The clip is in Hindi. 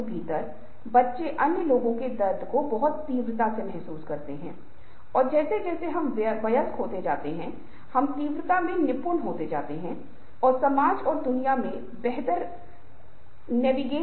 दूसरी ओर भारतीय सांस्कृतिक संदर्भ में जब एक पुरुष या महिला जो एक दूसरे को नहीं जानते हैं वे आम तौर पर बातचीत कर रहे हैं हम पाते हैं कि दूरी सबसे बड़ी है यह लगभग ढाई फीट या लगभग 30 इंच होती है